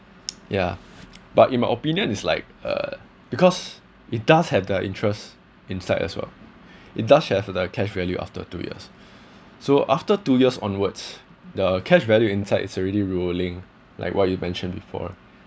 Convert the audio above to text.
ya but in my opinion is like uh because it does have the interest inside as well it does have the cash value after two years so after two years onwards the cash value inside it's already rolling like what you mentioned before